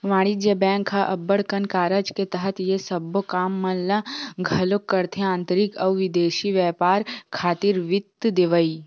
वाणिज्य बेंक ह अब्बड़ कन कारज के तहत ये सबो काम मन ल घलोक करथे आंतरिक अउ बिदेसी बेपार खातिर वित्त देवई